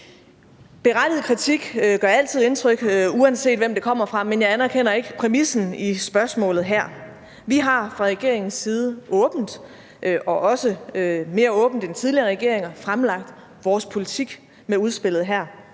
Berettiget kritik gør altid indtryk, uanset hvem den kommer fra, men jeg anerkender ikke præmissen i spørgsmålet her. Vi har fra regeringens side åbent – og også mere åbent end tidligere regeringer – fremlagt vores politik med udspillet her,